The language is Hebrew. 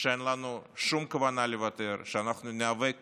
שאין לנו שום כוונה לוותר, שאנחנו ניאבק